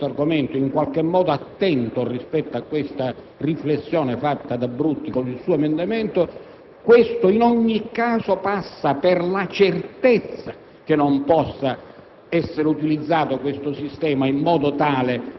assumere un atteggiamento - e tornerò su questo argomento - in qualche modo attento rispetto alla riflessione svolta dal senatore Brutti con il suo emendamento, questo, in ogni caso, passa per la certezza che tale